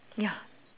ya